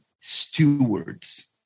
stewards